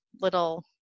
little